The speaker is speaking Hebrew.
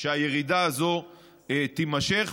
שהירידה הזאת תימשך,